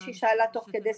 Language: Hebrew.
משהיא שאלה תוך כדי,